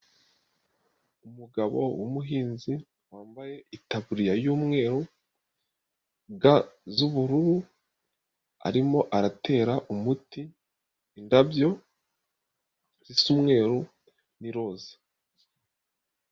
Umugabo w'umuhinzi wambaye itaburiya y'umweru, ga z'ubururu, arimo aratera umuti indabyo zisa umweruru n'iroza.